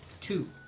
Two